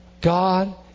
God